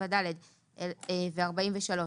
7ד ו-43,